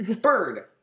bird